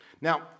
Now